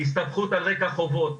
הסתבכות על רקע חובות,